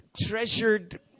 treasured